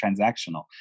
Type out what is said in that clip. transactional